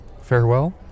farewell